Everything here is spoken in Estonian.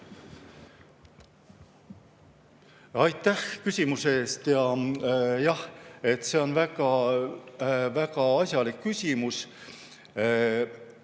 Aitäh küsimuse eest! Jah, see on väga asjalik küsimus.